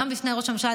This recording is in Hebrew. גם בפני ראש הממשלה,